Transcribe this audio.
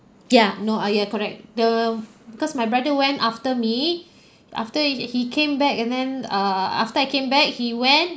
ya no ah ya correct the because my brother went after me after he he came back and then err after I came back he went